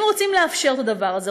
אם רוצים לאפשר את הדבר הזה,